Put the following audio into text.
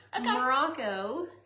Morocco